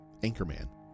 Anchorman